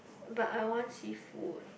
but I want seafood